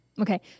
Okay